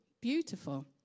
beautiful